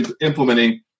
implementing